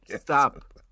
Stop